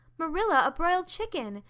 marilla, a broiled chicken!